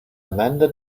amanda